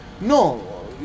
No